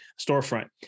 storefront